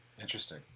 Interesting